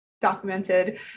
documented